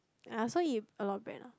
I also eat a lot of bread ah